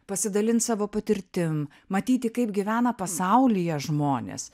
pasidalint savo patirtim matyti kaip gyvena pasaulyje žmonės